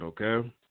Okay